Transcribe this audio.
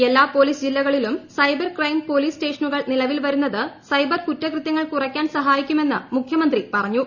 എല്ലാ പോലീസ് ജീല്ലക്ളിലും cyber crime police സ്റ്റേഷനുകൾ നിലവിൽ വരുന്നത് സൈബർ കുറ്റകൃത്യങ്ങൾ കുറയ്ക്കാൻ സഹായിക്കുമെന്ന് മുഖ്യമന്ത്രി പറഞ്ഞു